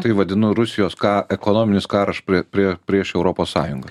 tai vadinu rusijos ką ekonominis karas prie prieš europos sąjungą